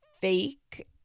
fake